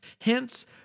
Hence